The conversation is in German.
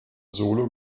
solo